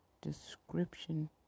description